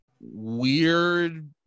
weird